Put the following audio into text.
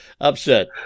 upset